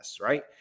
right